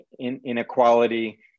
inequality